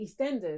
eastenders